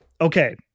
Okay